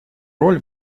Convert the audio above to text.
роль